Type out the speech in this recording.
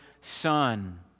Son